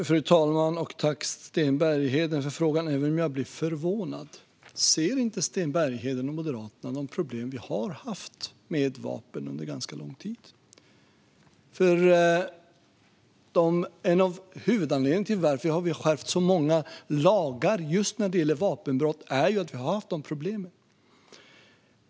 Fru talman! Jag tackar Sten Bergheden för frågan, även om jag blir förvånad över den. Ser inte Sten Bergheden och Moderaterna de problem som vi har haft med vapen under ganska lång tid? En av huvudanledningarna till att vi har skärpt så många lagar just när det gäller vapenbrott är att vi har haft dessa problem.